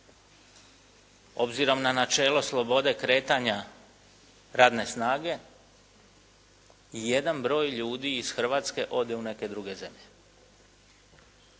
obzirom na načelo slobode kretanja radne snage i jedan broj ljudi iz Hrvatske ode u neke druge zemlje.